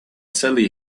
sally